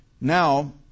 now